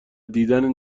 دیدن